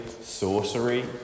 sorcery